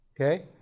okay